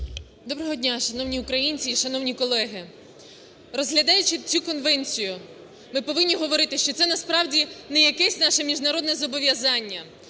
Доброго дня, шановні українці і шановні колеги! Розглядаючи цю конвенцію, ми повинні говорити, що це насправді не якесь наше міжнародне зобов'язання.